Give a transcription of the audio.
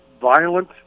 violent